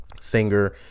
singer